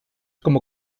como